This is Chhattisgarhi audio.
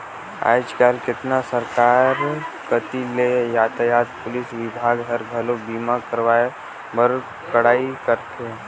आयज कायज सरकार कति ले यातयात पुलिस विभाग हर, घलो बीमा करवाए बर कड़ाई करथे